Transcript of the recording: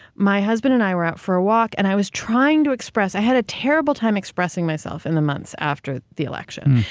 my husband and i were out for a walk and i was trying to express, i had a terrible time expressing myself in the months after the election.